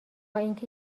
اینکه